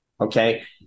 Okay